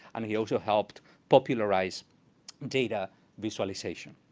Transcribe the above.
and he also helped popularize data visualization.